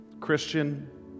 Christian